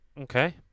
Okay